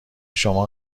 شما